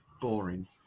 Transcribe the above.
boring